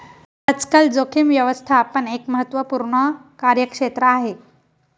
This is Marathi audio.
आजकाल जोखीम व्यवस्थापन एक महत्त्वपूर्ण कार्यक्षेत्र आहे